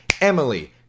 Emily